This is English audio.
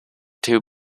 two